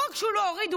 לא רק שהוא לא הוריד,